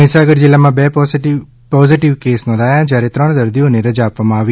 મહીસાગર જીલ્લામાં બે positive case નોંધાયા જયારે ત્રણ દર્દીઓને રજા આપવામાં આવી